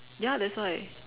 ya that's why